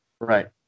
Right